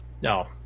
no